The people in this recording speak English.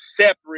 separate